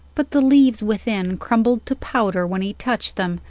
but the leaves within crumbled to powder when he touched them,